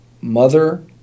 mother